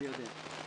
אני יודע.